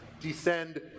descend